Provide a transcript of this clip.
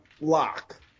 lock